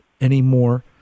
anymore